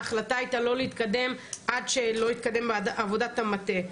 ההחלטה הייתה לא להתקדם עד שלא תתקדם עבודת המטה,